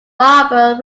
barber